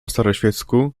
staroświecku